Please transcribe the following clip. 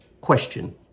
question